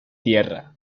tierra